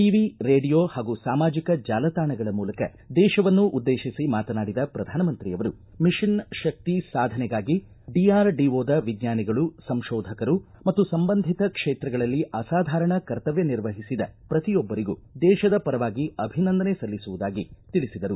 TV radio ಹಾಗೂ ಸಾಮಾಜಿಕ ಜಾಲತಾಣಗಳ ಮೂಲಕ ದೇಶವನ್ನು ಉದ್ದೇಶಿಸಿ ಮಾತನಾಡಿದ ಪ್ರಧಾನಮಂತ್ರಿಯವರು ಮಿಷನ್ ಶಕ್ತಿ ಸಾಧನೆಗಾಗಿ ಡಿಆರ್ಡಿಒದ ವಿಜ್ಞಾನಿಗಳು ಸಂಕೋಧಕರು ಮತ್ತು ಸಂಬಂಧಿತ ಕ್ಷೇತ್ರಗಳಲ್ಲಿ ಅಸಾಧಾರಣ ಕರ್ತವ್ಯ ನಿರ್ವಹಿಸಿದ ಪ್ರತಿಯೊಬ್ಬರಿಗೂ ದೇತದ ಪರವಾಗಿ ಅಭಿನಂದನೆ ಸಲ್ಲಿಸುವುದಾಗಿ ತಿಳಿಸಿದರು